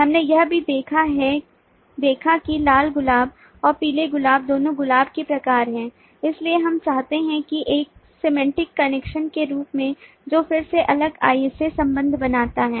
हमने यह भी देखा कि लाल गुलाब और पीले गुलाब दोनों गुलाब के प्रकार हैं इसलिए हम पहचानते हैं कि एक semantic कनेक्शन के रूप में जो फिर से अलग IS A संबंध बनाता है